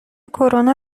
کرونا